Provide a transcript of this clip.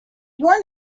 your